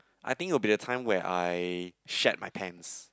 I think will be the time where I shat my pants